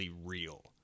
real